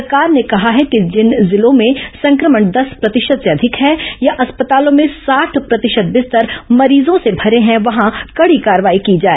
सरकार ने कहा है कि जिन जिलों में संक्रमण दस प्रतिशत से अधिक है या अस्पतालों में साठ प्रतिशत बिस्तर मरीजों से भरे हैं वहां कड़ी कार्रवाई की जाए